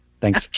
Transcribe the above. Thanks